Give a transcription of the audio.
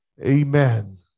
Amen